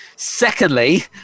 Secondly